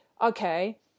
okay